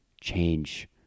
change